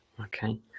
Okay